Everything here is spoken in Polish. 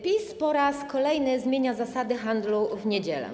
PiS po raz kolejny zmienia zasady handlu w niedzielę.